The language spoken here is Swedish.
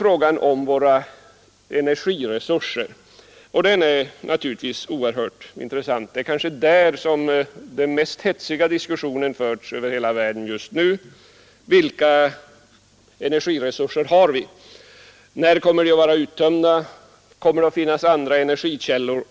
Frågan om våra energiresurser är naturligtvis oerhört intressant. Det är kanske där som den mest hetsiga diskussionen förs över hela världen. Vilka energiresurser har vi? När blir de uttömda? Kommer det att finnas andra energikällor?